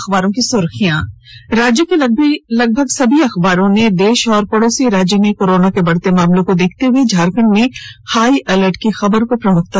अखबारों की सुर्खियां राज्य के लगभग सभी प्रमुख अखबारों ने देश और पड़ोसी राज्य में कोरोना के बढ़ते मामलों को देखते हुए झारखंड में हाई अलर्ट की खबर को प्रमुखता से प्रकाशित किया है